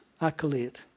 accolade